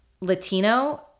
Latino